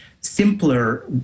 simpler